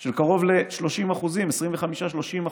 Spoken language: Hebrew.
של קרוב ל-30%, 25% 30%,